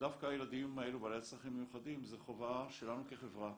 שדווקא הילדים האלו בעלי הצרכים המיוחדים זה חובה שלנו כחברה,